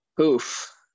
Oof